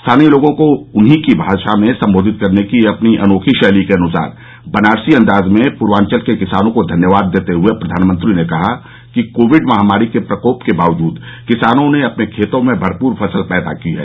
स्थानीय लोगों को उन्हीं की भाषा में संबोधित करने की अपनी अनोखी शैली के अनुसार बनारसी अंदाज में पूर्वांचल के किसानों को धन्यवाद देते हुए प्रधानमंत्री ने कहा कि कोविड महामारी के प्रकोप के बावजूद किसानों ने अपने खेतों में भरपूर फसल पैदा की है